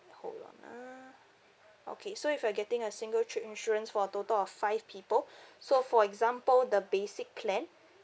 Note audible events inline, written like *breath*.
hold on ah okay so if you're getting a single trip insurance for total of five people *breath* so for example the basic plan